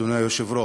אדוני היושב-ראש: